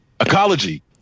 Ecology